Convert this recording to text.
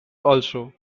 also